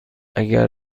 اگر